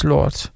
Lord